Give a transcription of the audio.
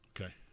Okay